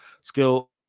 skill